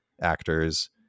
actors